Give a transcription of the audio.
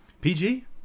PG